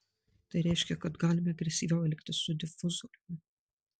tai reiškia kad galime agresyviau elgtis su difuzoriumi